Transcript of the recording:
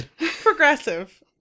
Progressive